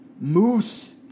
Moose